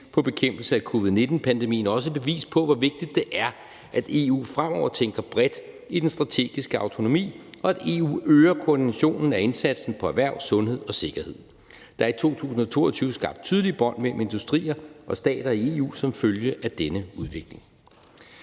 med bekæmpelse af covid-19-pandemien også et bevis på, hvor vigtigt det er, at EU fremover tænker bredt i den strategiske autonomi, og at EU øger koordinationen af indsatsen på erhvervs-, sundheds- og sikkerhedsområdet. Der er i 2022 skabt tydelige bånd mellem industrier og stater i EU som følge af denne udvikling.